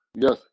Yes